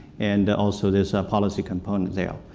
and also there's a policy component there.